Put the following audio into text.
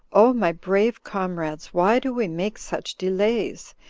o my brave comrades! why do we make such delays?